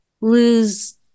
lose